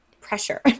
pressure